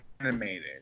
animated